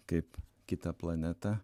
kaip kitą planetą